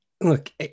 look